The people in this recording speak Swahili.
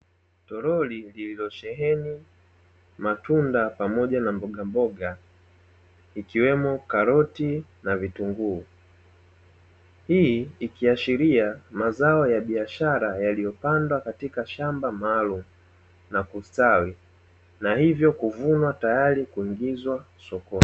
Toroli lililosheheni matunda pamoja na mbogamboga ikiwemo karoti na vitunguu. Hii ikiashiria mazao ya biashara yaliyopandwa katika shamba maalumu na kustawi na hivyo kuvunwa tayari kuingizwa sokoni.